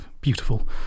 beautiful